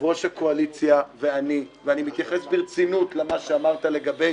אני מתייחס ברצינות למה שאמרת לגבי